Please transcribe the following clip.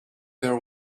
their